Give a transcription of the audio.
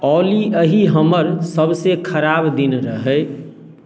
ऑली एही हमर सभसँ खराब दिन रहै